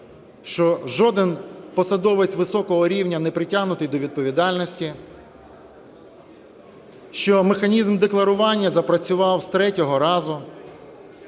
що жоден посадовець високого рівня не притягнутий до відповідальності, що механізм декларування запрацював з третього разу,